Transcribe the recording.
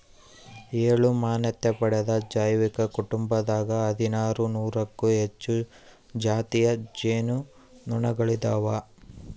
ಏಳು ಮಾನ್ಯತೆ ಪಡೆದ ಜೈವಿಕ ಕುಟುಂಬದಾಗ ಹದಿನಾರು ನೂರಕ್ಕೂ ಹೆಚ್ಚು ಜಾತಿಯ ಜೇನು ನೊಣಗಳಿದಾವ